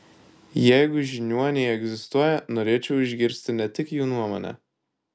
jeigu žiniuoniai egzistuoja norėčiau išgirsti ne tik jų nuomonę